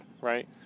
right